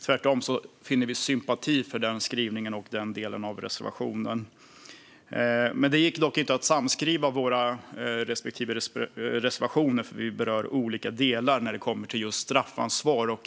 Tvärtom finner vi sympati för den skrivningen och den delen av reservationen. Det gick dock inte att samskriva våra respektive reservationer, för vi berör olika delar när det gäller just straffansvar.